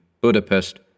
Budapest